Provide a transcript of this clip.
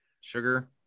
sugar